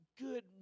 good